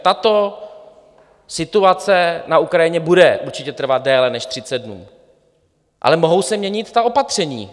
Tato situace na Ukrajině bude určitě trvat déle než 30 dnů, ale mohou se měnit ta opatření.